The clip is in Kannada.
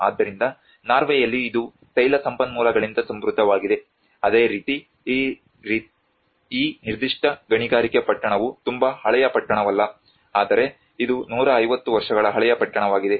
ಆದ್ದರಿಂದ ನಾರ್ವೆಯಲ್ಲಿ ಇದು ತೈಲ ಸಂಪನ್ಮೂಲಗಳಿಂದ ಸಮೃದ್ಧವಾಗಿದೆ ಅದೇ ರೀತಿ ಈ ನಿರ್ದಿಷ್ಟ ಗಣಿಗಾರಿಕೆ ಪಟ್ಟಣವು ತುಂಬಾ ಹಳೆಯ ಪಟ್ಟಣವಲ್ಲ ಆದರೆ ಇದು 150 ವರ್ಷಗಳ ಹಳೆಯ ಪಟ್ಟಣವಾಗಿದೆ